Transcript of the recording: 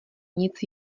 nic